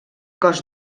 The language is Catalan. cos